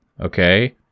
Okay